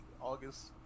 August